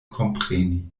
kompreni